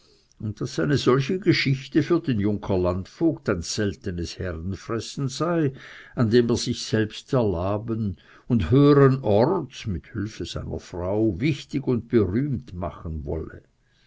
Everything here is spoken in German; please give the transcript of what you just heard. und daß eine solche geschichte für den junker landvogt ein seltenes herrenfressen sei an dem er sich selbst erlaben und höhern orts mit hilfe seiner frau wichtig und berühmt machen wolle